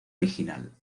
original